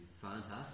fantastic